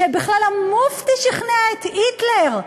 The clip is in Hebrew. שבכלל המופתי שכנע את היטלר.